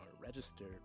registered